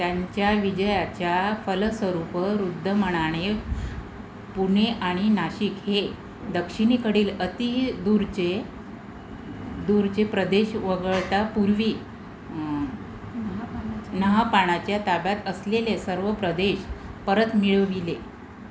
त्यांच्या विजयाच्या फलस्वरूप रुद्रदमनने पुणे आणि नाशिक हे दक्षिणेकडील अती दूरचे दूरचे प्रदेश वगळता पूर्वी नहापानाच्या ताब्यात असलेले सर्व प्रदेश परत मिळविले